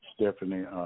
Stephanie